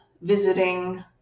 visiting